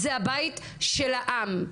זה הבית של העם.